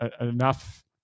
enough